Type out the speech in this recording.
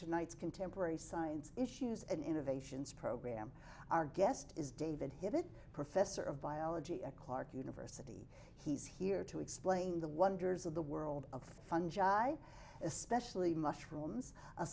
tonight's contemporary science issues and innovations program our guest is david hit it professor of biology at clark university he's here to explain the wonders of the world of fungi especially mushrooms a